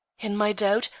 in my doubt,